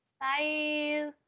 Bye